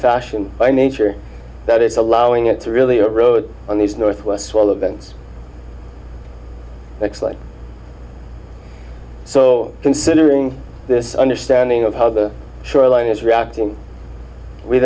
fashion by nature that is allowing it to really a road on these northwest while events acts like so considering this understanding of how the shoreline is reacting we